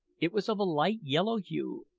it was of a light-yellow hue,